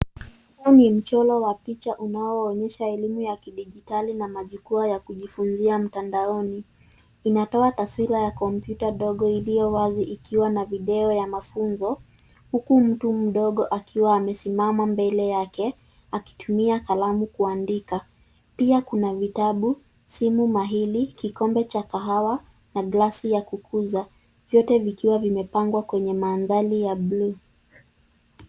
Huu ni mchoro wa picha unaoonyesha elimu ya kidigitali na majukwaa ya kujifunzia mtandaoni. Inatoa taswira ya kompyuta ndogo iliyo wazi ikiwa na video ya mafunzo, huku mtu mdogo akiwa amesimama mbele yake akitumia kalamu kuandika. Pia kuna vitabu, simu mahili, kikombe cha kahawa na glasi ya kukuza vyote vikiwa vimepangwa kwenye mandhari ya buluu.